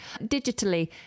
Digitally